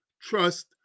trust